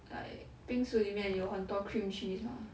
like 冰厨里面有很多 cream cheese mah